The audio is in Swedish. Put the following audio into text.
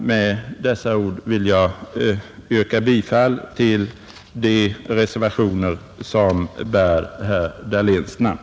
Med dessa ord vill jag yrka bifall till de reservationer som bär herr Dahléns namn.